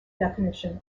definition